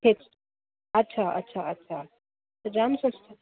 अछा अछा अछा त जाम सस्ती